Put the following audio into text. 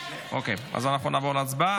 אוקיי, אז אנחנו נעבור להצבעה.